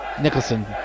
Nicholson